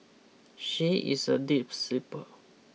she is a deep sleeper